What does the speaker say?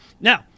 Now